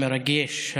המרגש,